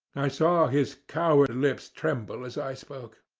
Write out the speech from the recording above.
i saw his coward lips tremble as i spoke.